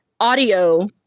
audio